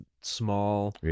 small